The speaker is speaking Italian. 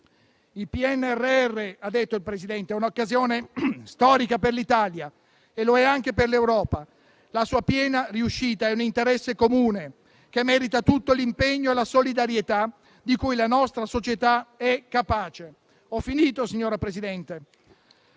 Mattarella, il PNRR è un'occasione storica per l'Italia e lo è anche per l'Europa; la sua piena riuscita è un interesse comune, che merita tutto l'impegno e la solidarietà di cui la nostra società è capace. Signora Presidente,